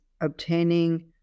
obtaining